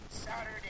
Saturday